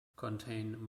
contain